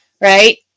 Right